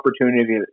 opportunity